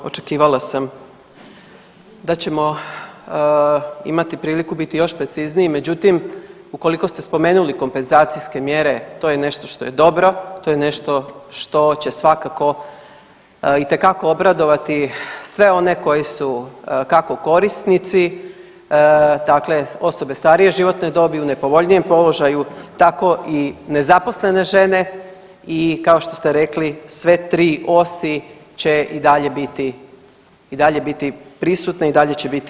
Očekivala sam da ćemo imati priliku biti još precizniji, međutim ukoliko ste spomenuli kompenzacijske mjere to je nešto što je dobro, to je nešto što će svakako itekako obradovati sve one koji su kako korisnici, dakle osobe starije životne dobi u nepovoljnijem položaju, tako i nezaposlene žene i kao što ste rekli sve tri osi će i dalje biti prisutne i dalje će biti